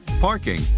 parking